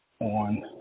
on